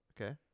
Okay